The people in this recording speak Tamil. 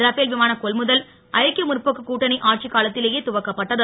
ரபேல் விமான கொன்முதல் ஐக்கிய முற்போக்கு கூட்டணி ஆட்சிக்காலத்திலேயே துவக்கப்பட்டது